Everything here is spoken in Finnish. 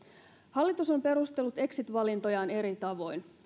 hallitus on perustellut exit valintojaan eri tavoin